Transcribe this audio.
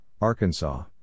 Arkansas